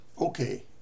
Okay